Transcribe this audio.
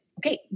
okay